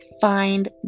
find